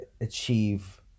achieve